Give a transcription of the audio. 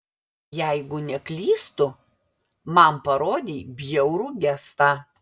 jeigu neklystu man parodei bjaurų gestą